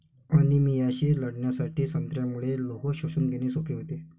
अनिमियाशी लढण्यासाठी संत्र्यामुळे लोह शोषून घेणे सोपे होते